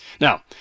Now